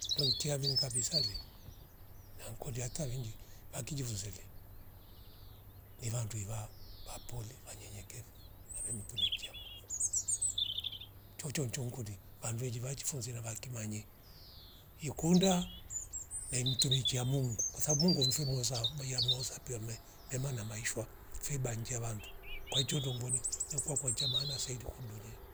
Longcha vini kabisa le nankoliata hata vinji makiji vuzele nivandu wiva papoli va nyenyekevu nave mtumikia mungu mchocho njo nkundi vandu wejiva jifunzira vanki manye. Ikunda nae mtumikia mungu kwasabu mungu mfi mozao viwa mosa piwerme mema na maishwa vibanjia vandu kwaicho lumbuni ni kuwakuwa chemana saidi kudunya